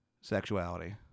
sexuality